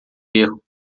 erro